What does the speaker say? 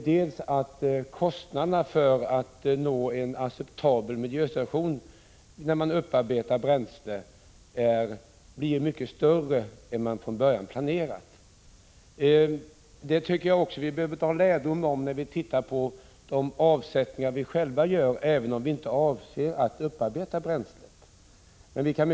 Den första varningen är att kostnaderna för att nå en acceptabel miljösituation när man upparbetar bränsle blir mycket högre än vad som från början planerats. Vi bör i Sverige ta lärdom av detta när vi ser på de avsättningar vi själva gör, även om vi inte avser att upparbeta bränslet.